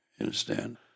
understand